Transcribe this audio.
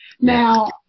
Now